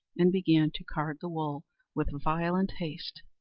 and began to card the wool with violent haste.